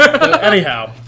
Anyhow